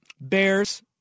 Bears